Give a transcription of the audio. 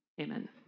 amen